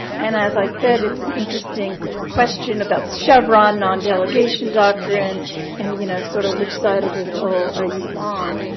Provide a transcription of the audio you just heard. and as i said, it's an interesting question about chevron nondelegation doctrine and you know sort of which side of this all are you on.